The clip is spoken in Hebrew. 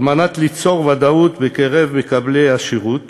על מנת ליצור ודאות בקרב מקבלי השירות